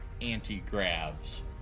anti-grabs